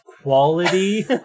quality